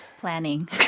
Planning